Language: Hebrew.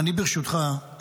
ברשותך,